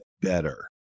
better